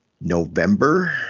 November